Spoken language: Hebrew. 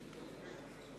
הכנסת)